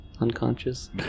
Unconscious